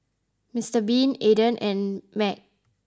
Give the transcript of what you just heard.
Mister Bean Aden and Mag